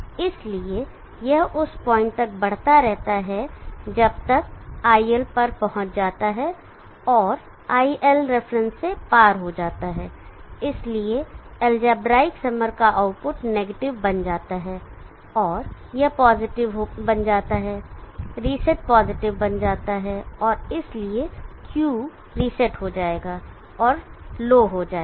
इसलिए यह उस पॉइंट तक बढ़ता रहता है जब तक यह iL तक पहुंच जाता है और iLref से पार हो जाता है इसलिए अलजेब्रिक समर का आउटपुट नेगेटिव बन जाता है और यह पॉजिटिव बन जाता है रीसेट पॉजिटिव बन जाता है और इसलिए Q रीसेट हो जाएगा और लो हो जाएगा